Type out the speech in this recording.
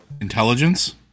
Intelligence